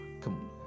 come